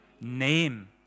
name